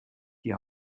die